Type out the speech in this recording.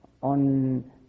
on